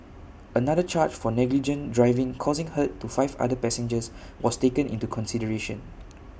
another charge for negligent driving causing hurt to five other passengers was taken into consideration